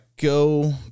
go